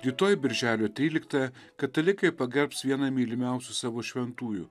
rytoj birželio tryliktąją katalikai pagerbs vieną mylimiausių savo šventųjų